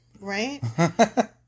Right